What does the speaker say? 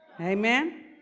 Amen